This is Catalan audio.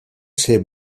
ser